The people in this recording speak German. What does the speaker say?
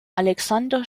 alexander